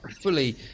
fully